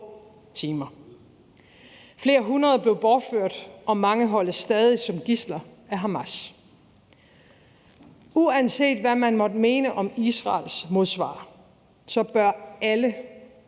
Flere hundrede blev bortført, og mange holdes stadig som gidsler af Hamas. Uanset hvad man måtte mene om Israels modsvar, bør alle